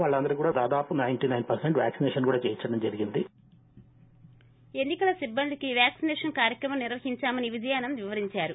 byte Vijayanand ఎన్నికల సిబ్బందికి vaccination కార్యక్రమం నిర్వహించామని విజయానంద్ వివరించారు